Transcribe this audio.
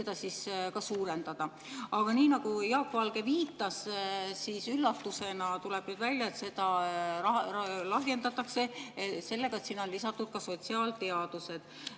seda isegi suurendada. Aga nii nagu Jaak Valge viitas, üllatusena tuleb välja, et seda lahjendatakse sellega, et sinna on lisatud ka sotsiaalteadused.